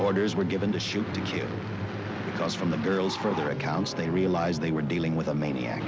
orders were given to shoot to kill because from the girls from their accounts they realized they were dealing with a maniac